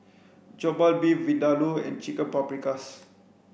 Jokbal Beef Vindaloo and Chicken Paprikas